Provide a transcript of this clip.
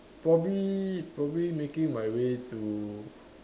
probably probably making my way to